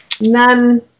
None